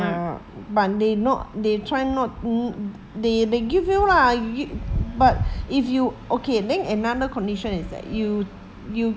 ya but they not they try not n~ they they give you lah gi~ but okay then another condition is that you you